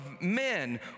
men